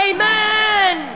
Amen